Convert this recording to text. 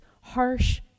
harsh